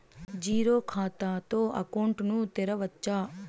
Zero ఖాతా తో account ను తెరవచ్చా?